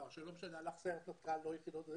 שהלך לסיירת מטכ"ל ולא ליחידות,